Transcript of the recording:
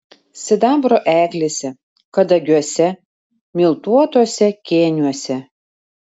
sidabro eglėse kadagiuose miltuotuose kėniuose